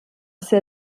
ser